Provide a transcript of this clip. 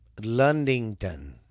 Lundington